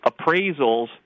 appraisals